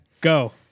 Go